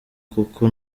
kuko